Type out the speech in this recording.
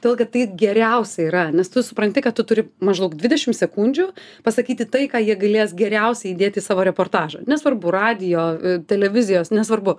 todėl kad tai geriausia yra nes tu supranti kad tu turi maždaug dvidešim sekundžių pasakyti tai ką jie galės geriausiai įdėt į savo reportažą nesvarbu radijo televizijos nesvarbu